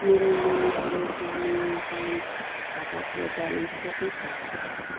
मेरो मणिुपुर ग्रामीण ब्याङ्क खाताको ब्यालेन्स कति छ